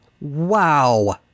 Wow